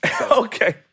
Okay